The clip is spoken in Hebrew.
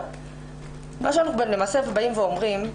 מה שאנחנו אומרים,